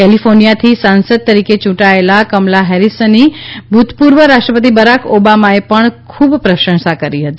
કેલિફોર્નિયાથી સાંસદ તરીકે ચૂંટાયેલા કમલા હેરીસની ભૂતપૂર્વ રાષ્ટ્રપતિ બરાક ઓબામાએ પણ ખૂબ પ્રશંસા કરી હતી